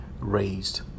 raised